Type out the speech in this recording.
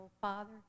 father